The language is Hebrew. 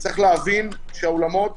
צריך להבין שהאולמות